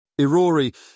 Irori